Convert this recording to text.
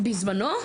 בזמנו.